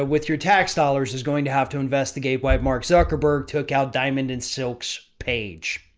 with your tax dollars is going to have to investigate why mark zuckerberg took out diamond and silks page.